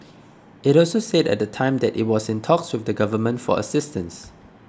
it also said at the time that it was in talks with the Government for assistance